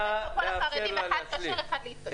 אני אעשה כמו כל החרדים אחד כשר, אחד להתקשר.